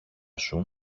σου